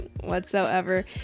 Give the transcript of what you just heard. whatsoever